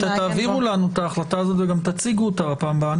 תעבירו לנו את ההחלטה הזאת וגם תציגו אותה בפעם הבאה.